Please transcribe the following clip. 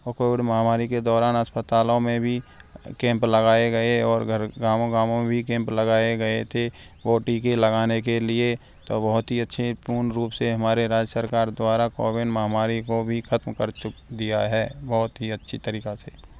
और कोविड महामारी के दौरान अस्पतालों में भी कैंप लगाए गए और घर गाँवों गाँवों में भी कैंप लगाए गए थे वो टीके लगाने के लिए तो बहुत ही अच्छे पूर्ण रूप से हमारे राज्य सरकार द्वारा कोविन महामारी को भी खत्म कर दिया है बहुत ही अच्छी तरीका से